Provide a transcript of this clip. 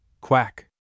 Quack